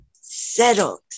settled